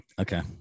Okay